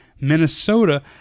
Minnesota